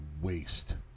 waste